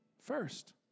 first